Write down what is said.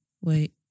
Wait